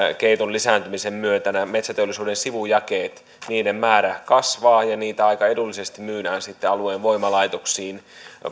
lisääntymisen myötä näiden metsäteollisuuden sivujakeiden määrä kasvaa ja niitä aika edullisesti myydään sitten alueen voimalaitoksiin